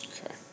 Okay